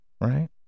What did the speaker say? right